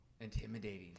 Intimidating